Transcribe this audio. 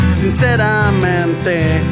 Sinceramente